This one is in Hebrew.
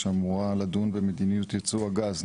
שאמורה לדון במדיניות ייצוא הגז?